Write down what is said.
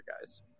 guys